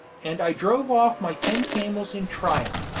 and i drove off my ten camels in triumph,